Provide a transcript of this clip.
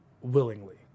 willingly